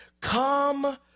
come